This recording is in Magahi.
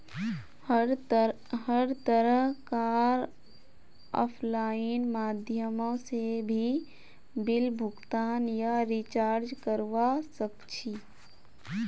हर तरह कार आफलाइन माध्यमों से भी बिल भुगतान या रीचार्ज करवा सक्छी